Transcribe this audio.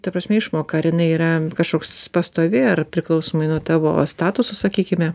ta prasme išmoka ar jinai yra kažkoks pastovi ar priklausomai nuo tavo statuso sakykime